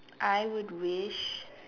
I would wish